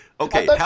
Okay